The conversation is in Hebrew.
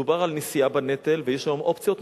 מדובר על נשיאה בנטל, ויש היום אופציות נוספות,